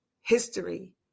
history